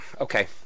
Okay